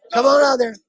hello there.